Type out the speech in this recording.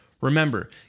Remember